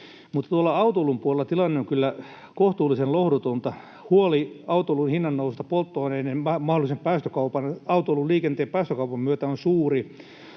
korjattua. Autoilun puolella tilanne on kyllä kohtuullisen lohduton. Huoli autoilun hinnan noususta mahdollisen autoilun, liikenteen päästökaupan myötä on suuri.